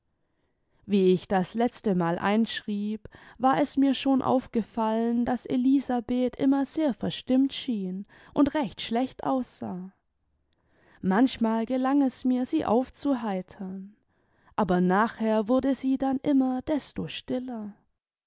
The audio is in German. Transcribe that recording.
wie ich das letzte mal einschrieb war es mir schon aufgefallen daß elisabeth immer sehr verstimmt schien und recht schlecht aussah manchmal gelang es mir sie aufzuheitern aber nachher wurde sie dann hnmer desto stiller